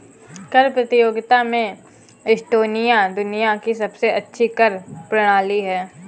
कर प्रतियोगिता में एस्टोनिया दुनिया की सबसे अच्छी कर प्रणाली है